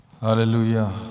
Hallelujah